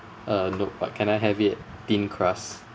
uh nope but can I have it thin crust